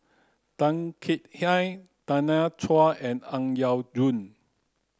Tan Kek Hiang Tanya Chua and Ang Yau Choon